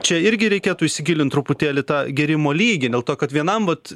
čia irgi reikėtų įsigilint truputėlį tą gėrimo lygį dėl to kad vienam vat